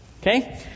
Okay